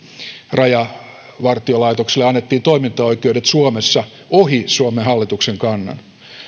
rajavartiolaitokselle annettiin toimintaoikeudet suomessa ohi suomen hallituksen kannan